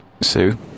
Sue